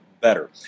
better